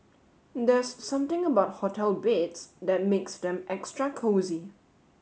there's something about hotel bids that makes them extra cozy